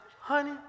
honey